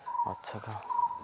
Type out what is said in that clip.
ଉଚ୍ଚରୁ